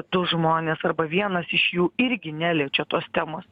du žmonės arba vienas iš jų irgi neliečia tos temos